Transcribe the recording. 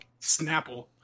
Snapple